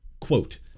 quote